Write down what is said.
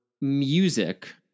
music